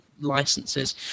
licenses